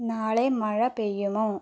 നാളെ മഴ പെയ്യുമോ